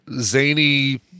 zany